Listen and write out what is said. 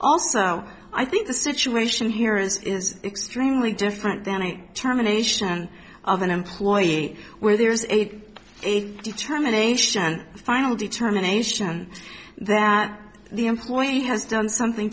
also i think the situation here is extremely different than i terminations of an employee where there is a determination a final determination that the employee has done something